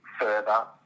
further